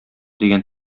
дигән